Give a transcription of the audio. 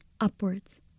upwards